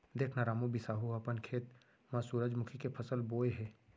देख न रामू, बिसाहू ह अपन खेत म सुरूजमुखी के फसल बोय हे